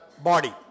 body